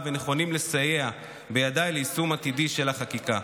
ונכונים לסייע בידי ליישום העתידי של החקיקה.